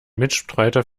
mitstreiter